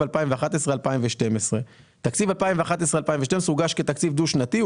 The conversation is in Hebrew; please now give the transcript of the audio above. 2012-2011. תקציב 2012-2011 הוגש כתקציב דו שנתי,